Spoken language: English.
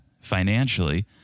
financially